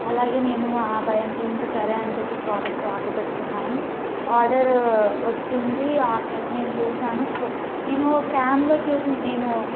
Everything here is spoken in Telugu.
అలాగే నేను ఆ భయంతో ఇంక సరే అనిచెప్పి ప్రోడక్ట్ ఆర్డర్ పెట్టుకున్నాను ఆర్డర్ వచ్చింది ఆన్లైన్లో నేను చూశాను నేను క్యామ్లో చూసి నేను